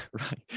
right